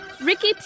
Ricky